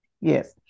Yes